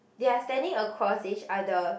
there are standing across each other